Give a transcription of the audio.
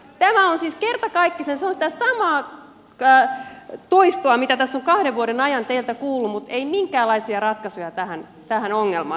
tämä on siis sitä samaa toistoa mitä tässä on kahden vuoden ajan teiltä kuullut mutta ei minkäänlaisia ratkaisuja tähän ongelmaan